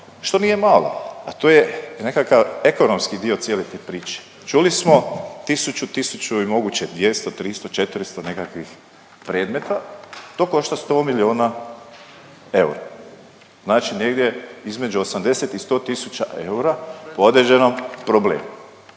što nije malo, a to je nekakav ekonomski dio cijele te priče. Čuli smo tisuću, tisuću i moguće 200, 300, 400 nekakvih predmeta to košta 100 miliona eura. Znači negdje između 80 i 100 tisuća eura po određenom problemu.